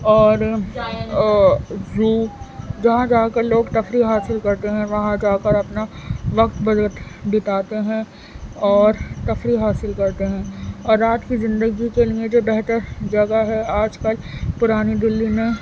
اور زو جہاں جا کر لوگ تفریح حاصل کرتے ہیں وہاں جا کر اپنا وقت بدت بتاتے ہیں اور تفریح حاصل کرتے ہیں اور رات کی زندگی کے لیے جو بہتر جگہ ہے آج کل پرانی دلی میں